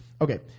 Okay